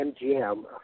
MGM